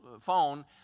phone